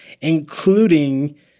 including